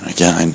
Again